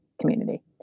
community